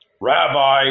Rabbi